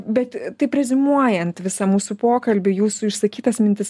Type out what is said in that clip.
bet taip reziumuojant visą mūsų pokalbį jūsų išsakytas mintis